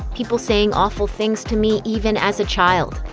people saying awful things to me even as a child.